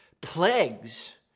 plagues